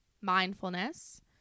mindfulness